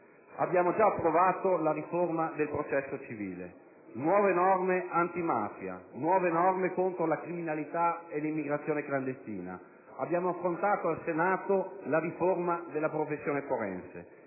Abbiamo già approvato la riforma del processo civile, nuove norme antimafia, nuove norme contro la criminalità e l'immigrazione clandestina; abbiamo affrontato al Senato la riforma della professione forense;